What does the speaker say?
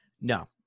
No